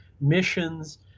missions